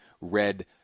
red